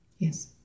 Yes